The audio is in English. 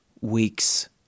weeks